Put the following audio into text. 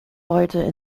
airde